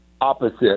Opposite